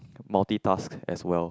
multitask as well